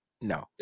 No